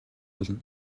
болно